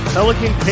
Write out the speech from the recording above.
Pelican